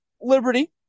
Liberty